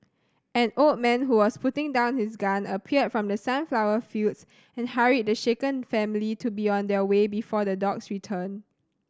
an old man who was putting down his gun appeared from the sunflower fields and hurried the shaken family to be on their way before the dogs return